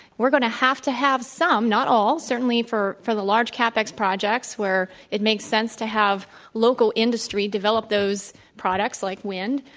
we're going to have to have some, not all, certainly for for the large cap-ex projects where it makes sense to have local industry develop those products like wind,